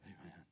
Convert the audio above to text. Amen